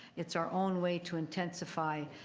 it's our own way to intensify,